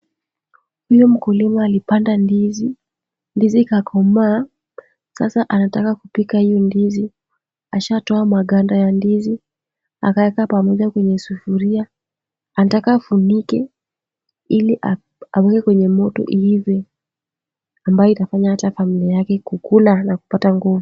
Huyu mkulima alipanda ndizi, ndizi ikakomaa, sasa anataka kupika hiyo ndizi, ashatoa maganda ya ndizi, akaweka pamoja kwenye sufuria, anataka afunike ili aweke kwenye moto iive, ambayo itafanya hata familia yake kukula na kupata nguvu.